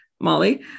Molly